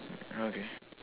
okay